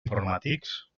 informàtics